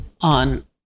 on